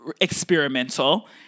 experimental